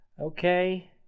okay